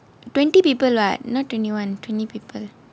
twenty people right not twenty one twenty people